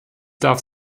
darf